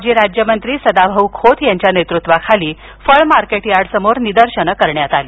माजी राज्यमंत्री सदाभाऊ खोत यांच्या नेतृत्वाखाली फळ मार्केट यार्डसमोर निदर्शनं करण्यात आली